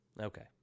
Okay